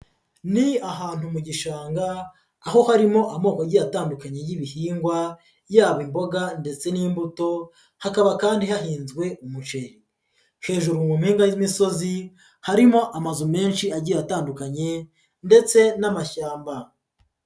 Ni ahantu mu gishanga, aho harimo amoko agiye atandukanye y'ibihingwa, yaba imboga ndetse n'imbuto, hakaba kandi hahinzwe umuceri, hejuru mu mpinga y'imisozi harimo amazu menshi agiye atandukanye ndetse n'amashyamba.